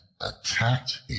attacked